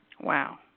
Wow